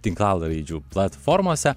tinklalaidžių platformose